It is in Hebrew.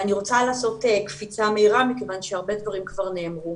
אני רוצה לעשות קפיצה מהירה מכיוון שהרבה דברים כבר נאמרו.